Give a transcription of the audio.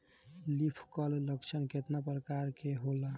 Leaf curl लक्षण केतना परकार के होला?